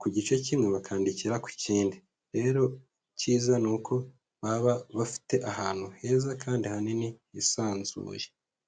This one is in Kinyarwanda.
ku gice kimwe bakandikira ku kindi, rero icyiza ni uko baba bafite ahantu heza kandi hanini hisanzuye.